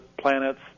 planets